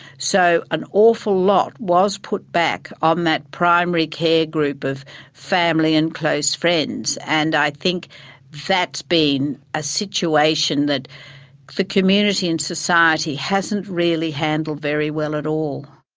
so an awful lot was put back on that primary care group of family and close friends. and i think that's been a situation that for community and society hasn't really handled very well at all.